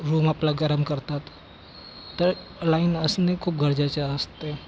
जे रूम आपला गरम करतात तर लाईन असणे खूप गरजेचे असते